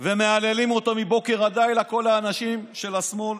ומהללים אותו מבוקר עד לילה, כל האנשים של השמאל,